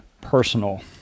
personal